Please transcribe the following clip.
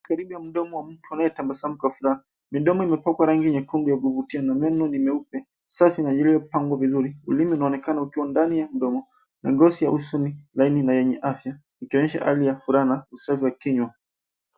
Karibia mdomo wa mtu anayetabasamu kwa furaha. Midomo imepakana rangi nyekundu ya kuvutia na meno ni meupe, safi na iliyopangwa vizuri. Ulimi unaonekana ukiwa ndani ya mdomo na ngozi ya uso ni laini na yenye afya ikionyesha hali ya furaha usafi wa kinywa.